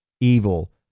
evil